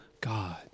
God